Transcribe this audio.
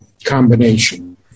combination